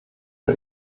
nur